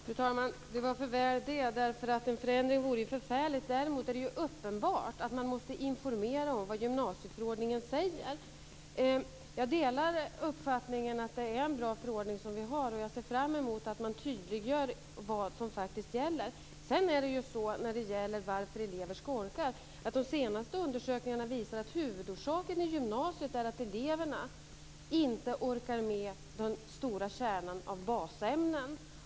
Fru talman! Det var för väl det. Det vore förfärligt med en förändring. Däremot är det uppenbart att man måste informera om vad som sägs i gymnasieförordningen. Jag delar uppfattningen att vi har en bra förordning, och jag ser fram emot att man tydliggör vad som gäller. De senaste undersökningarna om varför elever skolkar visar att huvudorsaken i gymnasiet är att eleverna inte orkar med den stora kärnan av basämnen.